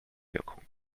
wirkung